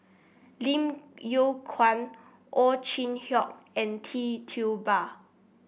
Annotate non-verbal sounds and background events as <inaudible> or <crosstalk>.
Lim Yew Kuan Ow Chin Hock and Tee <unintelligible> Ba